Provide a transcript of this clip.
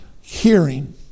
hearing